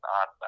on